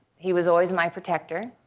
he was always my protector.